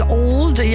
old